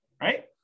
right